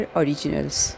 originals